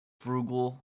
frugal